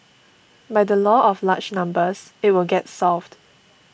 by the law of large numbers it will get solved